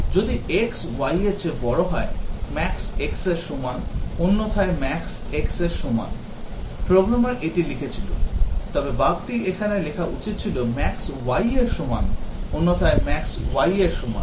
যদি x yএর চেয়ে বড় হয় max x এর সমান অন্যথায় max x এর সমান প্রোগ্রামার এটি লিখেছিল তবে বাগটি এখানে লেখা উচিত ছিল max y এর সমান অন্যথায় max y এর সমান